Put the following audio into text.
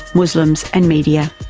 muslims and media.